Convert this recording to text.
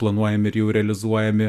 planuojami ir jau realizuojami